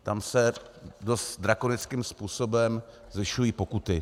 Tam se dost drakonickým způsobem zvyšují pokuty.